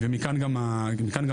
ומכאן גם ההקשר,